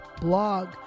blog